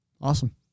Awesome